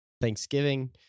Thanksgiving